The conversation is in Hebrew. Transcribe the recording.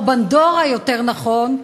או בנדורה יותר נכון,